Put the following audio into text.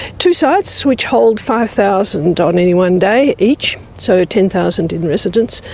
two sites which hold five thousand on any one day each. so ten thousand in residence.